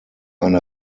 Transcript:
eine